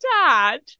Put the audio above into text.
dad